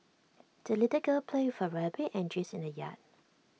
the little girl played with her rabbit and geese in the yard